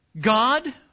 God